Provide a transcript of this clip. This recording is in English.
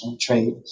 trade